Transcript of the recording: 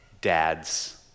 dad's